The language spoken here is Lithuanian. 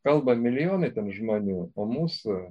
kalba milijonai žmonių o mūsų